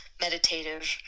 meditative